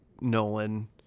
nolan